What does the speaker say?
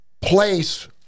place